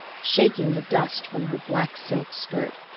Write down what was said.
shaking the dust from her black silk skirt.